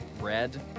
red